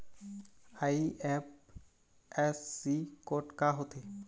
IFSC code का होथे?